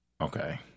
Okay